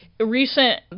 Recent